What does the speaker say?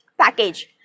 package